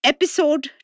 Episode